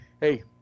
hey